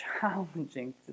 challenging